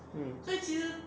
mm